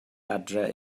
adre